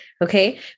Okay